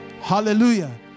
Hallelujah